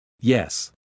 Yes